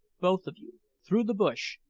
both of you, through the bush,